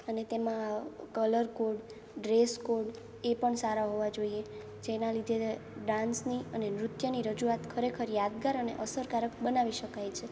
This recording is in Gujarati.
અને તેમાં કલર કોડ ડ્રેસ કોડ એ પણ સારા હોવા જોઈએ જેના લીધે ડાન્સની અને નૃત્યની રજુઆત ખરેખર યાદગાર અને અસરકારક બનાવી શકાય છે